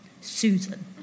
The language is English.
Susan